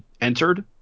entered